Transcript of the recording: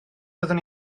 fyddwn